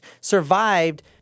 survived